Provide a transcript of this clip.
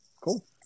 Cool